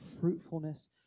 fruitfulness